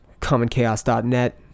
Commonchaos.net